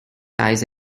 eyes